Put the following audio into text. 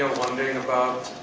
wondering about